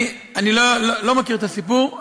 אני לא מכיר את הסיפור.